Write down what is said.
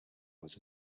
was